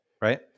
Right